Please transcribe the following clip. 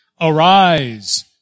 Arise